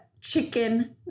chicken